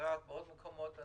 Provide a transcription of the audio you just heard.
בנצרת ובעוד מקומות.